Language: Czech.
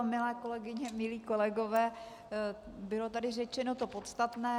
Milé kolegyně, milí kolegové, bylo tady řečeno to podstatné.